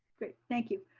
great, thank you,